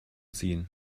ziehen